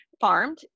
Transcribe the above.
farmed